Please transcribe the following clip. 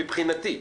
מבחינתי.